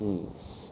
mm